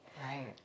Right